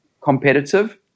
competitive